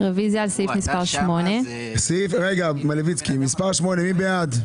רוויזיה על סעיף מספר 7. מי בעד?